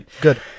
good